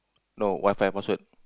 no Wi-Fi password